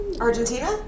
Argentina